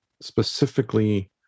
specifically